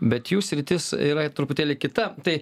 bet jų sritis yra truputėlį kita tai